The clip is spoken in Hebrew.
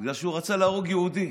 בגלל שהוא רצה להרוג יהודי,